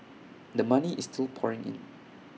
the money is still pouring in